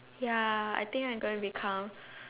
ya I think I going become